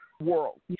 world